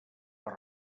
per